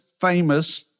famous